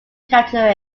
capture